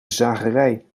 zagerij